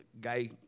guy